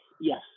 yes